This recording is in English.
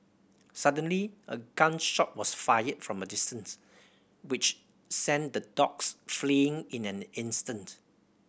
suddenly a gun shot was fired from a distance which sent the dogs fleeing in an instant